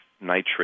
nitrate